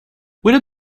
where